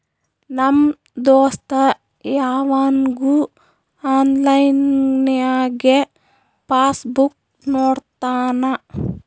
ನಮ್ ದೋಸ್ತ ಯವಾಗ್ನು ಆನ್ಲೈನ್ನಾಗೆ ಪಾಸ್ ಬುಕ್ ನೋಡ್ತಾನ